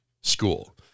school